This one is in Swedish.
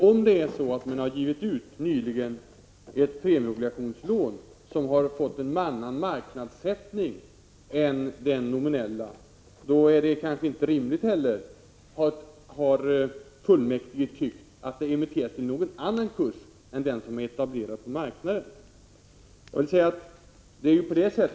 Om man nyligen gett ut ett premieobligationslån som har fått en annan marknadssättning än den nominella, då är det kanske inte heller rimligt, har fullmäktige tyckt, att det emitteras till någon annan kurs än den som är etablerad på marknaden.